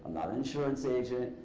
not an insurance agent.